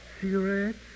cigarettes